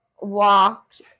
walked